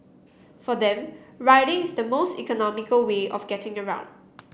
for them riding is the most economical way of getting around